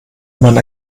mein